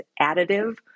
additive